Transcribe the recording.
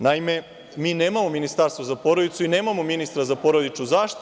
Naime, mi nemamo ministarstvo za porodicu i nemamo ministra za porodičnu zaštitu.